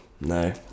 no